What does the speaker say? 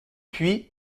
puis